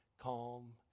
calm